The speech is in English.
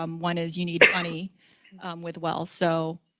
um one is you need money with wells so,